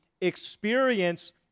experience